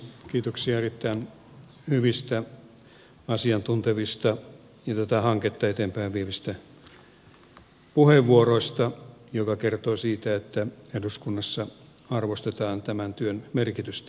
kiitoksia erittäin hyvistä asiantuntevista ja tätä hanketta eteenpäin vievistä puheenvuoroista jotka kertovat siitä että eduskunnassa arvostetaan tämän työn merkitystä